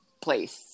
place